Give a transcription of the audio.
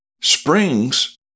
springs